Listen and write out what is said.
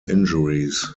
injuries